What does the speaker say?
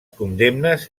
condemnes